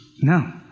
No